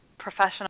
professional